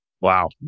Wow